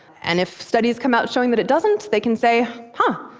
and if studies come out showing that it doesn't, they can say, huh.